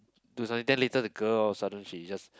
to suddenly then later the girl all of a sudden she just